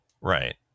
Right